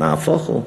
נהפוך הוא,